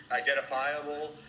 identifiable